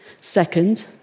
Second